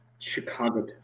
Chicago